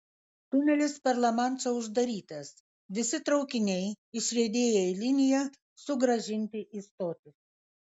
tunelis per lamanšą uždarytas visi traukiniai išriedėję į liniją sugrąžinti į stotis